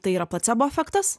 tai yra placebo efektas